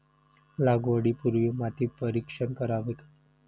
लागवडी पूर्वी माती परीक्षण करावे का?